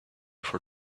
for